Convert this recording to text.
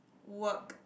work